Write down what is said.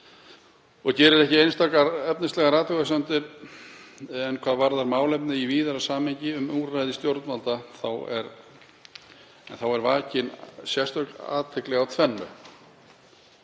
og gerir ekki einstakar efnislegar athugasemdir en hvað varðar málefnin í víðara samhengi um úrræði stjórnvalda þá er vakin sérstök athygli á tvennu.